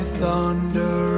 thunder